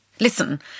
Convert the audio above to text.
Listen